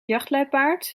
jachtluipaard